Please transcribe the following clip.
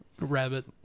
Rabbit